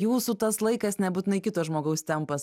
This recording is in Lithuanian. jūsų tas laikas nebūtinai kito žmogaus tempas